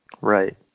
Right